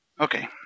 Okay